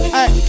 Hey